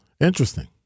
Interesting